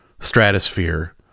stratosphere